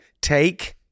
Take